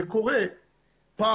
זה קורה פעם ב-.